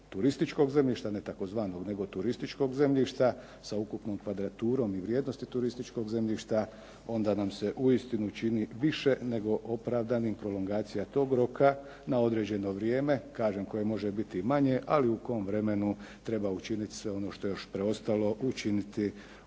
turističkog zemljišta, ne tzv. nego turističkog zemljišta sa ukupnom kvadraturom i vrijednosti turističkog zemljišta, onda nam se uistinu čini više nego opravdanim prolongacija toga roka na određeno vrijeme, kažem koje može biti manje, ali u kojem vremenu treba učiniti sve ono što je još preostalo u smislu uknjižbe